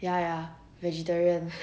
ya ya vegetarian